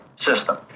system